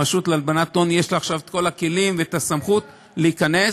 לרשות להלבנת הון יש עכשיו כל הכלים והסמכות להיכנס.